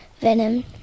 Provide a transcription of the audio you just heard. Venom